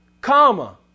comma